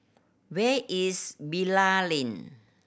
where is Bilal Lane